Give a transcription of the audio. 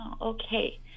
Okay